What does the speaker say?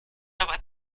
aber